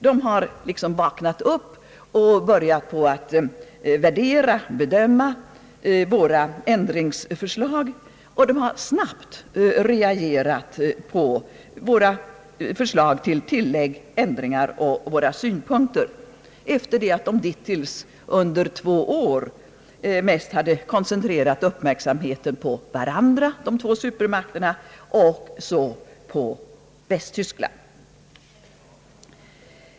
De har liksom vaknat upp, börjat värdera och bedöma våra ändringsförslag, snabbt reagerat på våra synpunkter och förslag om tillägg och ändringar — efter det att de tidigare under två år mest koncentrerat uppmärksamheten på varandra och på Västtyskland.